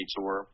Tour